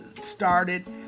started